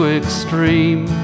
extreme